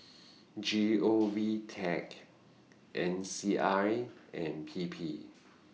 G O V Tech N C I and P P